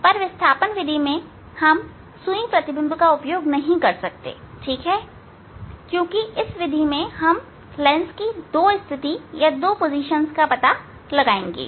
पर विस्थापन विधि में हम सुई प्रतिबिंब का उपयोग नहीं कर सकते ठीक है क्योंकि इस विधि में हम लेंस की दो स्थितियों का पता लगाएंगे